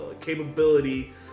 capability